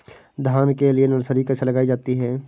धान के लिए नर्सरी कैसे लगाई जाती है?